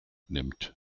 nimmt